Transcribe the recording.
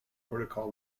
protocol